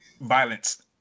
Violence